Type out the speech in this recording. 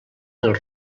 els